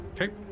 okay